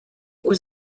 was